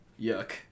Yuck